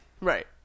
Right